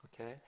okay